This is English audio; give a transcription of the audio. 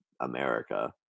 america